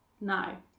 now